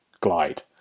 glide